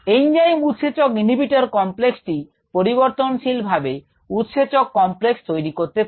enzyme উৎসেচক inhibitor কমপ্লেক্সটি পরিবর্তনশীল ভাবে উৎসেচক কমপ্লেক্স তৈরি করতে পারে